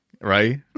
Right